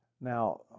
Now